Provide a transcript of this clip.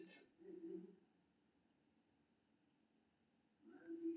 सबसं पहिने अपन बैंकक पर्सनल बैंकिंग सेक्शन मे लॉग इन करू